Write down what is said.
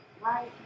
Right